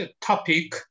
topic